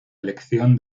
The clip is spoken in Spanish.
elección